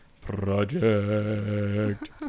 Project